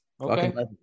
Okay